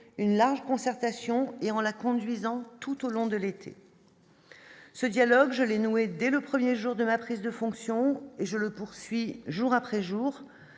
une large concertation et en la conduisant tout au long de l'été. Ce dialogue gelé noué dès le 1er jour de ma prise de fonction, et je le poursuis jour après jour,